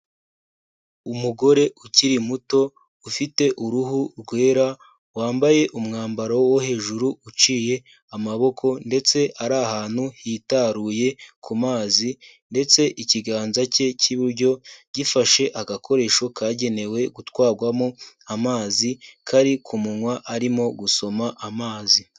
Umugore ukiri muto ufite uruhu rwera, wambaye umwambaro wo hejuru uciye amaboko ndetse ari ahantu hitaruye ku mazi ndetse ikiganza cye cy'iburyo gifashe agakoresho kagenewe gutwarwamo amazi kari ku munwa arimo gusoma amazi.